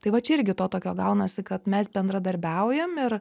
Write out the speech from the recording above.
tai va čia irgi to tokio gaunasi kad mes bendradarbiaujam ir